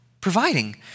providing